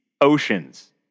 oceans